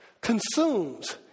consumes